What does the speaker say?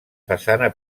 façana